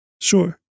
Sure